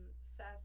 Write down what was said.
Seth